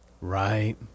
right